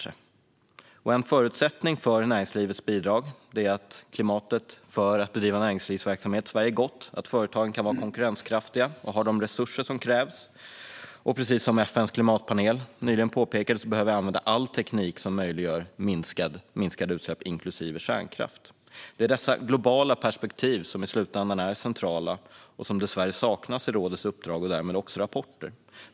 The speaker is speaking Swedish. En förutsättning för näringslivets bidrag är att klimatet för att bedriva näringslivsverksamhet i Sverige är gott och att företagen kan vara konkurrenskraftiga samt ha de resurser som krävs. Precis som FN:s klimatpanel nyligen påpekade behöver vi använda all teknik som möjliggör minskade utsläpp, inklusive kärnkraft. Det är dessa globala perspektiv som i slutändan är centrala. Dessvärre saknas de i rådets uppdrag och därmed också i dess rapporter.